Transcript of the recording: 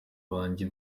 banjye